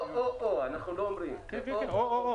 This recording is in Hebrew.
או או.